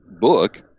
book